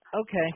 okay